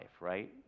right